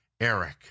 Eric